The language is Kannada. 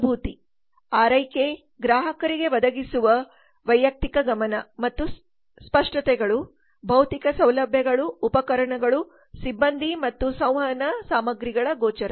ಅನುಭೂತಿ ಆರೈಕೆ ಗ್ರಾಹಕರಿಗೆ ಒದಗಿಸುವ ವೈಯಕ್ತಿಕ ಗಮನ ಮತ್ತು ಸ್ಪಷ್ಟತೆಗಳು ಭೌತಿಕ ಸೌಲಭ್ಯಗಳು ಉಪಕರಣಗಳು ಸಿಬ್ಬಂದಿ ಮತ್ತು ಸಂವಹನ ಸಾಮಗ್ರಿಗಳ ಗೋಚರತೆ